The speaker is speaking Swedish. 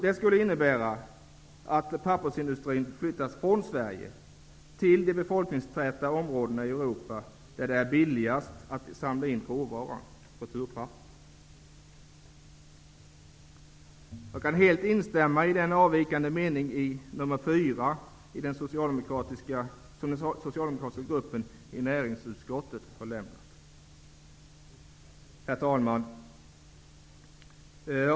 Det skulle innebära att pappersindustrin flyttades från Sverige till de befolkningstäta områdena i Europa där det är billigast att samla in råvaran, returpappret. Jag kan helt instämma i det som sägs i avvikande mening nummer fyra, vilken den socialdemokratiska gruppen i näringsutskottet har avgett. Herr talman!